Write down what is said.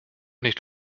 nicht